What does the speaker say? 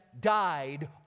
died